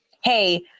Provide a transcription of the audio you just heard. hey